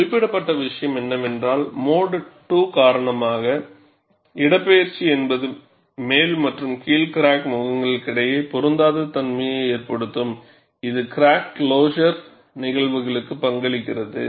குறிப்பிடப்பட்ட விஷயம் என்னவென்றால் மோடு II காரணமாக இடப்பெயர்ச்சி என்பது மேல் மற்றும் கீழ் கிராக் முகங்களுக்கிடையில் பொருந்தாத தன்மையை ஏற்படுத்தும் இது கிராக் க்ளோஸர் நிகழ்வுகளுக்கு பங்களிக்கிறது